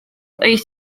wyt